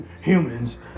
Humans